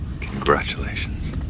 Congratulations